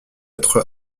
être